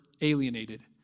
alienated